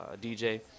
DJ